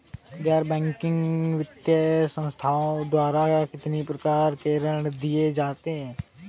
गैर बैंकिंग वित्तीय संस्थाओं द्वारा कितनी प्रकार के ऋण दिए जाते हैं?